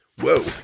whoa